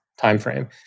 timeframe